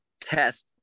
test